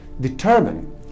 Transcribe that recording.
Determine